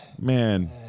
man